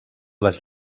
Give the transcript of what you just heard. les